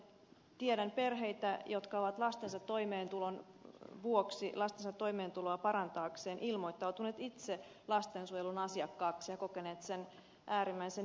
tiedän perheitä jotka ovat lastensa toimeentuloa parantaakseen ilmoittautuneet itse lastensuojelun asiakkaaksi ja kokeneet sen äärimmäisen nöyryyttäväksi